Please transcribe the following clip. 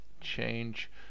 change